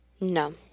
No